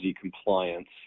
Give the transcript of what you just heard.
compliance